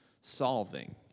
solving